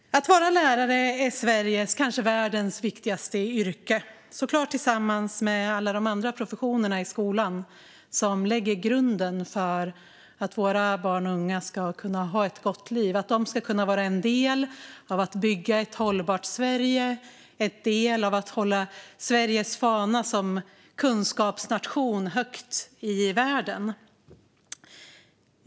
Lärare är Sveriges och kanske världens viktigaste yrke, såklart tillsammans med alla de andra professionerna i skolan, som lägger grunden för att våra barn och unga ska kunna ha ett gott liv och kunna vara en del av att bygga ett hållbart Sverige och en del av att hålla Sveriges fana som kunskapsnation högt i världen.